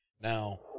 now